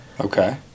Okay